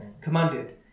commanded